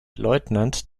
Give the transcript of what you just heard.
leutnant